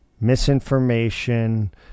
misinformation